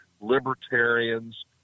libertarians